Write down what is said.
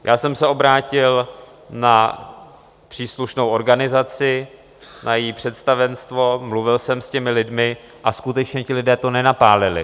Já jsem se obrátil na příslušnou organizaci, na její představenstvo, mluvil jsem s těmi lidmi a skutečně, ti lidé to nenapálili.